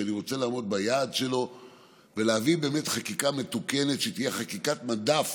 ואני רוצה לעמוד ביעד ולהביא באמת חקיקה מתוקנת שתהיה חקיקת מדף